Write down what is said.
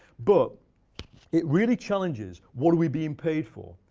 but it really challenges, what are we being paid for?